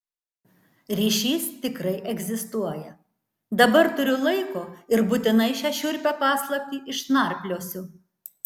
ryšys tikrai egzistuoja dabar turiu laiko ir būtinai šią šiurpią paslaptį išnarpliosiu